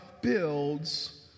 builds